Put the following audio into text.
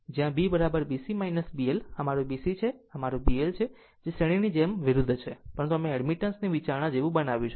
આમ જ્યાં BB C B L આ મારું B C છે અને આ મારુ B L છે જે શ્રેણીની જેમ જ વિરુદ્ધ છે પરંતુ અમે તેને એડમિટન્સ ની વિચારણા જેવી બનાવ્યું છે